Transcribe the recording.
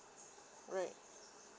right